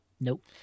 Nope